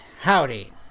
howdy